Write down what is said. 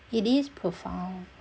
it is profound